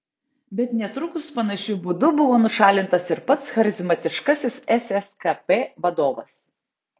bet netrukus panašiu būdu buvo nušalintas ir pats charizmatiškasis sskp vadovas